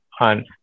on